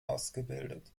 ausgebildet